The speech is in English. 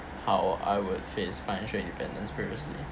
how I would face financial independence previously